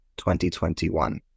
2021